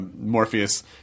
Morpheus